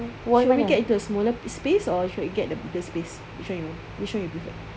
should we get into a smaller space or should I get the base base which one you want which one you prefer